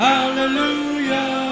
Hallelujah